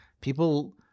People